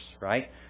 right